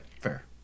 fair